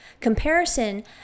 Comparison